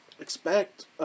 expect